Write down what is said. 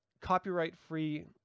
copyright-free